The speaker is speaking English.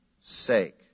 sake